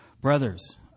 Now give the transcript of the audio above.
Brothers